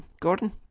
Gordon